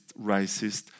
racist